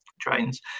trains